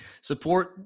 support